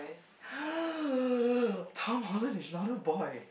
come on it's not a boy